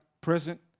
present